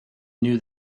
knew